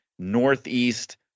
Northeast